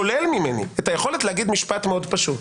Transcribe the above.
אתה שולל ממני את היכולת להגיד משפט מאוד פשוט,